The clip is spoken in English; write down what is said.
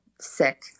sick